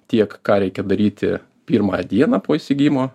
tiek ką reikia daryti pirmą dieną po įsigijimo